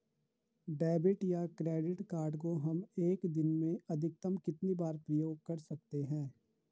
Debit या credit card को हम एक दिन में अधिकतम कितनी बार प्रयोग कर सकते हैं?